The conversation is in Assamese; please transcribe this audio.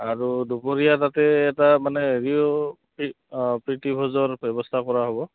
আৰু দুপৰীয়া তাতে এটা মানে হেৰিও পী প্ৰীতিভোজৰ ব্যৱস্থা কৰা হ'ব